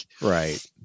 Right